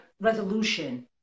resolution